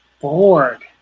bored